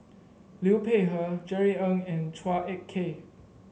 Liu Peihe Jerry Ng and Chua Ek Kay